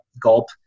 gulp